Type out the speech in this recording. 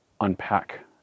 unpack